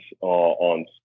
on